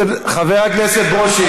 חבר הכנסת ברושי,